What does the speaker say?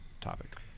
topic